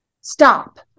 Stop